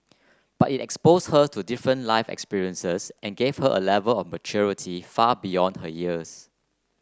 but it exposed her to different life experiences and gave her A Level of maturity far beyond her years